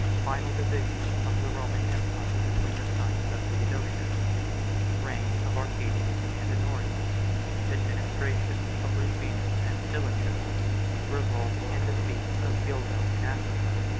final division of the roman empire between the sons of theodosius reign of arcadius and honorius administration of rufinus and stilicho revolt and defeat of gildo in africa.